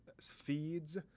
feeds